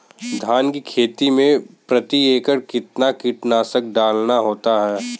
धान की खेती में प्रति एकड़ कितना कीटनाशक डालना होता है?